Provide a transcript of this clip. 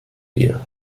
wir